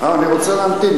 אני רוצה להמתין.